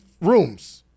rooms